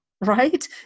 right